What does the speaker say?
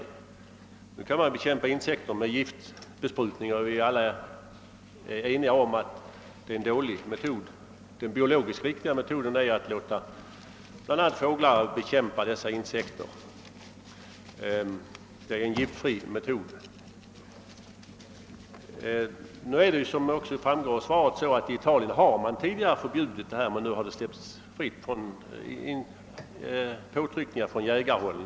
Visserligen kan man bekämpa skadeinsekterna med giftbesprutning, men alla är eniga om att det är en dålig metod. Den biologiskt riktiga metoden är att låta bl.a. småfåglarna bekämpa skadeinsekterna. Det är en giftfri och bra metod. Som framgår av svaret har man i Italien tidigare haft ett förbud mot jakt på småfåglar, men det har nu upphävts, givetvis efter påtryckningar från jägarhåll.